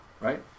right